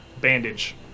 bandage